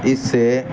اس سے